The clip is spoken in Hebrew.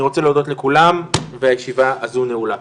רוצה להודות לכולם והישיבה הזו נעולה,